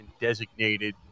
designated